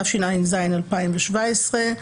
התשע"ז 2017,